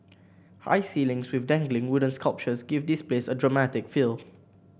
high ceilings with dangling wooden sculptures give this place a dramatic feel